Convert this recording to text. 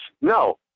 no